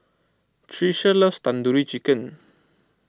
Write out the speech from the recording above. Tricia loves Tandoori Chicken